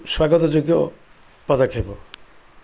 ସ୍ୱାଗତ ଯୋଗ୍ୟ ପଦକ୍ଷେପ